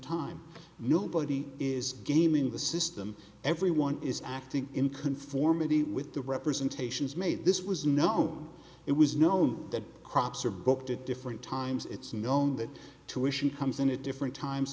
time nobody is gaming the system everyone is acting in conformity with the representations made this was known it was known that crops are booked at different times it's known that tuition comes in at different times